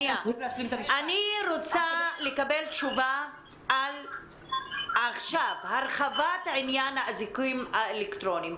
אני רוצה לקבל תשובה עכשיו על הרחבת עניין האזיקים האלקטרוניים.